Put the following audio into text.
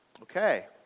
Okay